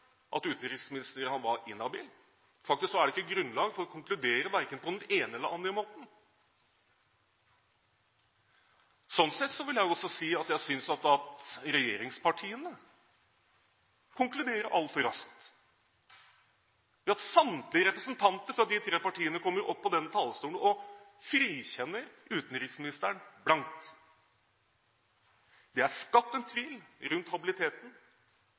at utenriksministeren var inhabil. Faktisk er det ikke grunnlag for å konkludere, verken på den ene eller andre måten. Sånn sett vil jeg jo også si at jeg synes at regjeringspartiene konkluderer altfor raskt, ved at samtlige representanter fra de tre partiene kommer opp på denne talerstolen og frikjenner utenriksministeren blankt. Det er skapt en tvil rundt habiliteten.